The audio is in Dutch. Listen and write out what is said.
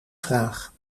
vraag